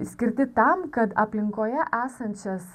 skirti tam kad aplinkoje esančias